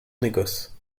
négoce